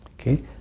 okay